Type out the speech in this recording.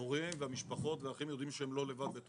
ההורים, המשפחות והאחים יודעים שהם לא לבד.